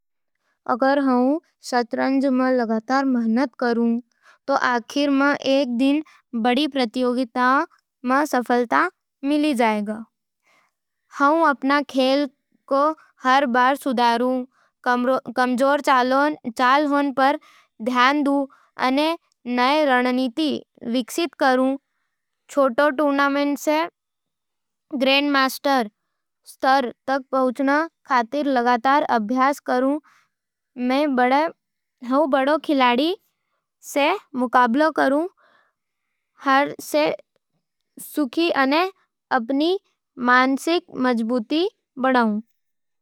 अगर मंय शतरंज में लगातार मेहनत करूं, तो आखिर एक दिन बड़ी प्रतियोगिताओं में सफलता मिलवे लागे। मैं अपने खेल रो हर बार सुधारूं, कमजोर चालां पर ध्यान दूं अने नए रणनीति विकसित करूं। छोटे टूर्नामेंट सै ग्रैंडमास्टर स्तर तक पहुंचण खातर लगातार अभ्यास करूं। मैं बड़े खिलाड़ियों सै मुकाबला करूं, हार सै सीखूं अने अपनी मानसिक मजबूती बनावूं।